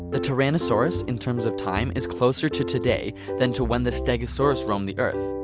the tyrannosaurus in terms of time, is closer to today than to when the stegosaurus roamed the earth.